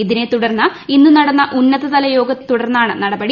ഇതിനെ തുടർന്ന് ഇന്ന് നടന്ന ഉന്നതതലയോഗത്തെ തുടർന്നാണ് നടപടി